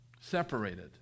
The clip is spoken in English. separated